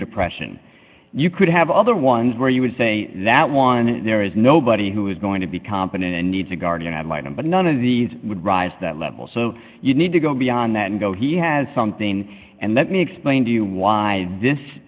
depression you could have other ones where you would say that one there is nobody who is going to be competent and needs a guardian ad litum but none of these would rise that level so you need to go beyond that and go he has something and let me explain to you why this